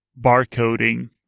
barcoding